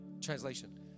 Translation